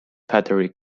battery